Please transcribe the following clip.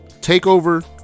TakeOver